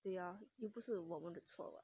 ya 又不是我们的错 [what]